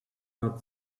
not